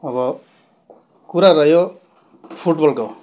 अब कुरा रह्यो फुटबलको